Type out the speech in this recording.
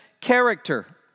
character